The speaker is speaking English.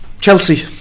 Chelsea